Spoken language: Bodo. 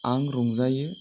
आं रंजायो